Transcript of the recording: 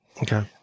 Okay